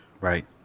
Right